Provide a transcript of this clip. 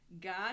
God